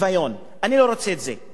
אני לא רוצה את זה,